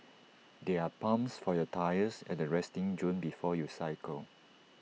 there are pumps for your tyres at the resting zone before you cycle